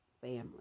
family